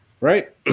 right